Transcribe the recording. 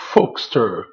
Folkster